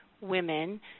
women